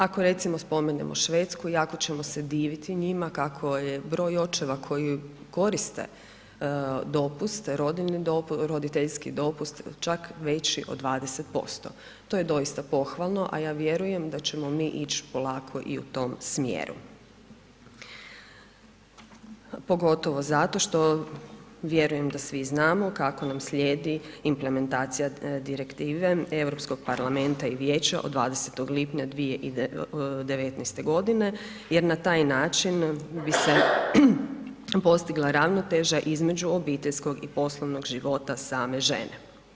Ako recimo spomenemo Švedsku i ako ćemo se diviti njima kako je broj očeva koji koriste dopust, roditeljski dopust čak veći od 20%, to je doista pohvalno, a vjerujem da ćemo mi ići polako i u tom smjeru, pogotovo zato što vjerujem da svi znamo kako nam slijedi implementacija Direktive Europskog parlamenta i Vijeća od 20. lipnja 2019. godine jer na taj način bi se postigla ravnoteža između obiteljskog i poslovnog života same žene.